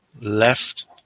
left